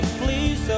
please